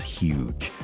huge